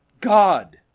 God